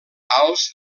als